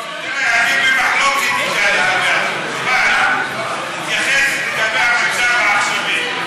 תראה, אני במחלוקת אתה לגבי, תתייחס למצב העכשווי.